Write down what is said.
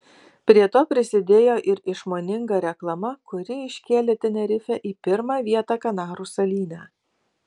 prie to prisidėjo ir išmoninga reklama kuri iškėlė tenerifę į pirmą vietą kanarų salyne